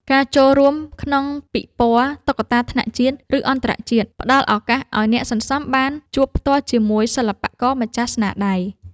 ការចូលរួមក្នុងពិព័រណ៍តុក្កតាថ្នាក់ជាតិ ឬអន្តរជាតិ ផ្ដល់ឱកាសឱ្យអ្នកសន្សំបានជួបផ្ទាល់ជាមួយសិល្បករម្ចាស់ស្នាដៃ។